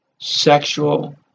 sexual